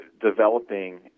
developing